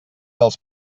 dels